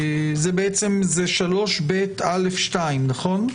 זה 3ב(א2), נכון?